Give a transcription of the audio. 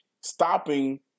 stopping